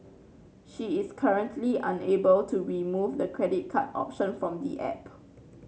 she is currently unable to remove the credit card option from the app